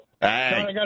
Hey